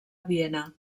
viena